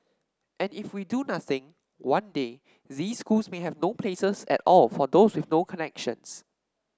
and if we do nothing one day these schools may have no places at all for those with no connections